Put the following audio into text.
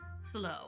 slow